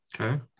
Okay